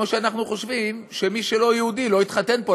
כמו שאנחנו חושבים שמי שלא יהודי לא יתחתן פה,